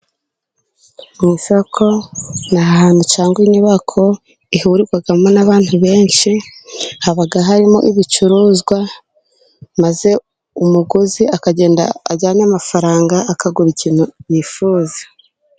Mu isoko ni hantu cyangwa inyubako ihurirwamo n'abantu benshi, haba harimo ibicuruzwa, maze umuguzi akagenda ajyane amafaranga akagura ikintu bifuza.